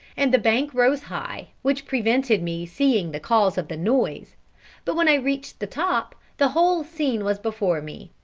and the bank rose high, which prevented me seeing the cause of the noise but when i reached the top, the whole scene was before me.